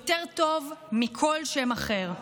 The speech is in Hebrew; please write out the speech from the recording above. יותר טוב מכל שם אחר: